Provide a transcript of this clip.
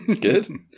Good